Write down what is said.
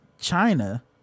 china